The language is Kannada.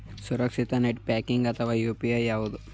ಸುರಕ್ಷಿತ ನೆಟ್ ಬ್ಯಾಂಕಿಂಗ್ ಅಥವಾ ಯು.ಪಿ.ಐ ಯಾವುದು?